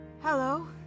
Hello